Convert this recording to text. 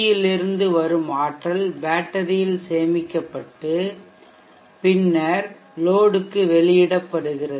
யில் இருந்து வரும் ஆற்றல் பேட்டரியில் சேமிக்கப்பட்டு பின்னர் லோடுக்கு வெளியிடப்படுகிறது